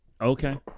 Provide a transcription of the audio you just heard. okay